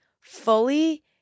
fully